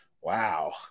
wow